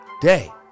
day